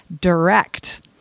direct